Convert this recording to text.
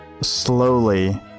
slowly